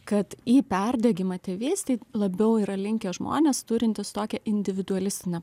kad į perdegimą tėvystei labiau yra linkę žmonės turintys tokią individualistinę